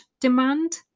demand